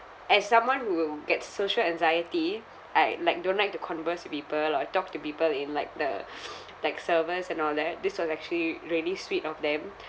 as someone who gets social anxiety I like don't like to converse with people or talk to people in like the like servers and all that this was actually really sweet of them